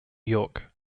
york